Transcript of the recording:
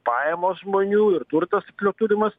pajamos žmonių ir turtas tiksliau turimas